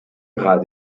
gras